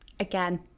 Again